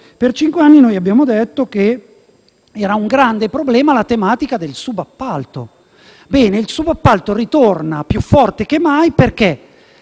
per cinque anni abbiamo detto che era un grande problema la tematica del subappalto. Ebbene, il subappalto ritorna più forte che mai.